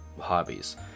Hobbies